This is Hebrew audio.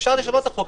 אפשר לשנות את החוק,